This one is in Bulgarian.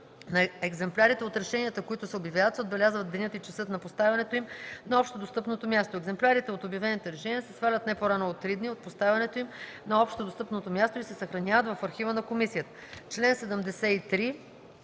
екземплярите от решенията, които се обявяват, се отбелязват денят и часът на поставянето им на общодостъпното място. Екземплярите от обявените решения се свалят не по-рано от три дни от поставянето им на общодостъпното място и се съхраняват в архива на комисията.”